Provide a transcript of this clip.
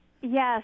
Yes